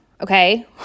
Okay